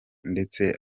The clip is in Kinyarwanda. ndetse